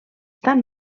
tan